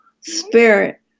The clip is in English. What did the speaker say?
spirit